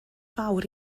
fawr